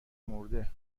مرده